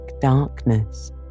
darkness